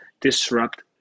disrupt